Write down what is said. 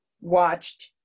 watched